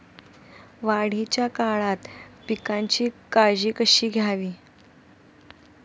वाढीच्या काळात पिकांची काळजी कशी घ्यावी?